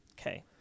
Okay